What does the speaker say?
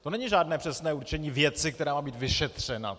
To není žádné přesné určení věci, která má být vyšetřena.